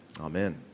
Amen